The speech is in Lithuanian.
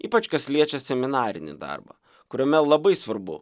ypač kas liečia seminarinį darbą kuriame labai svarbu